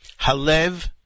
Halev